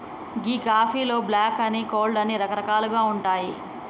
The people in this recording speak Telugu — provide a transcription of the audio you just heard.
గీ కాఫీలో బ్లాక్ అని, కోల్డ్ అని రకరకాలుగా ఉంటాయి